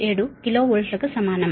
867 kilo వోల్ట్కు సమానం